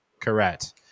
correct